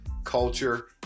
culture